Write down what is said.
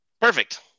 Perfect